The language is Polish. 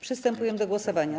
Przystępujemy do głosowania.